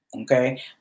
okay